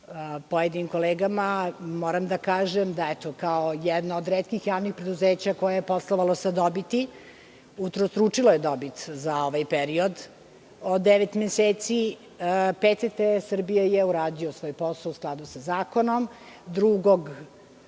pojedinim kolegama, moram da kažem da, kao jedno od retkih javnih preduzeća koje je poslovalo sa dobiti, utrostručilo je dobit za ovaj period od devet meseci. PTT Srbije je uradio svoj posao u skladu sa zakonom. Drugog